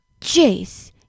Jace